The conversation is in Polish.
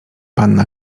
panna